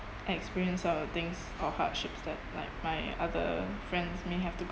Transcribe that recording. experience all the things or hardships that like my other friends may have to